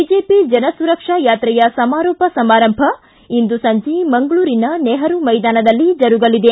BJP ಜನಸುರಕ್ಷಾ ಯಾತ್ರೆಯ ಸಮಾರೋಪ ಸಮಾರಂಭ ಇಂದು ಸಂಜೆ ಮಂಗಳೂರಿನ ನೆಹರೂ ಮೈದಾನದಲ್ಲಿ ಜರುಗಲಿದೆ